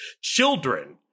children